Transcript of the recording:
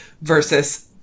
versus